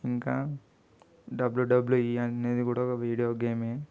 ఇంకా డబ్ల్యుడబ్ల్యుఈ అనేది కూడా ఒక వీడియో గేమ్